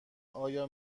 آیا